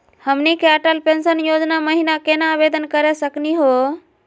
हमनी के अटल पेंसन योजना महिना केना आवेदन करे सकनी हो?